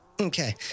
okay